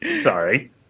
Sorry